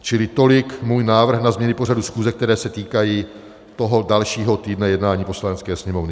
Čili tolik můj návrh na změny pořadu schůze, které se týkají toho dalšího týdne jednání Poslanecké sněmovny.